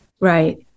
Right